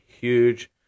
Huge